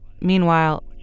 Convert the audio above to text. Meanwhile